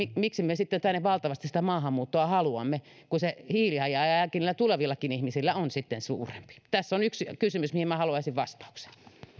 miksi me sitten tänne niin valtavasti sitä maahanmuuttoa haluamme kun se hiilijalanjälki niillä tulevillakin ihmisillä on sitten suurempi tässä on yksi kysymys mihin minä haluaisin vastauksen